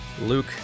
Luke